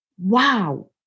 wow